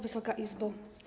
Wysoka Izbo!